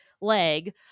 leg